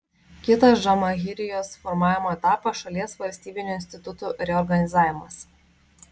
kitas džamahirijos formavimo etapas šalies valstybinių institutų reorganizavimas